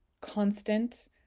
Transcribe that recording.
constant